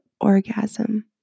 orgasm